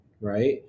right